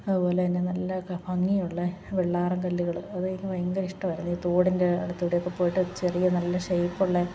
അതുപോലെതന്നെ നല്ല ഭംഗിയുള്ള വെള്ളാരം കല്ലുകൾ അതെനിക്ക് ഭയങ്കര ഇഷ്ടവായിരുന്നു ഈ തോടിൻ്റെ അടുത്ത് കൂടെ പോയിട്ട് ചെറിയ നല്ല ഷേയ്പ്പുള്ള